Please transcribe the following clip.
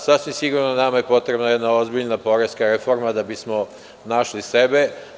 Sasvim sigurno, nama je potrebna jedna ozbiljna poreska reforma da bismo našli sebe.